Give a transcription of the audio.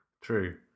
True